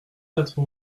quatre